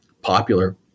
popular